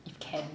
if can